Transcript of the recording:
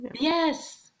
Yes